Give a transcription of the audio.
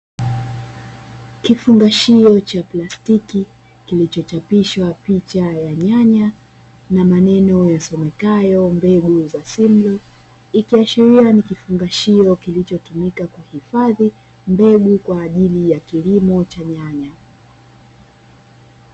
Kifungashio cha plastiki kilichochapishwa picha ya nyanya na maneno yasomekayo "Mbegu za simlow", ikiashiria ni kifungashio kilichotumika kuhifadhi mbegu kwa ajili ya kilimo cha nyanya.